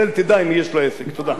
תודה רבה, אדוני.